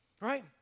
Right